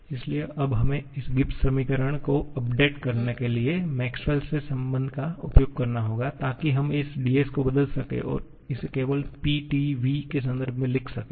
इसलिए अब हमें इस गिब्स समीकरण को अपडेट करने के लिए मैक्सवेल के संबंध Maxwell's relation का उपयोग करना होगा ताकि हम इस ds को बदल सकें और इसे केवल T P और v के संदर्भ में लिख सकें